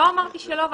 לא אמרתי שלא.